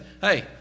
hey